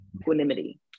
equanimity